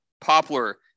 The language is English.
poplar